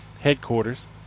headquarters